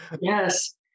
Yes